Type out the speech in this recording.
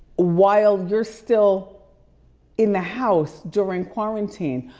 while you're still in the house during quarantine,